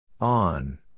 on